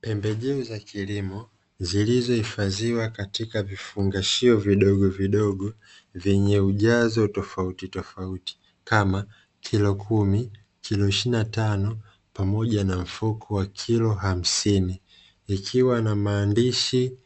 Pembejeo za kilimo zilizohifadhiwa katika vifungashio vidogo vidogo vyenye ujazo tofauti tofauti kama kilo kumi, kilo ishirini na tano pamoja na mfuko wa kilo hamsini. ikiwa na maandishi